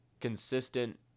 consistent